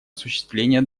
осуществление